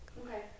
Okay